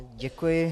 Děkuji.